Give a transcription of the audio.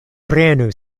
prenu